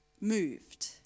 moved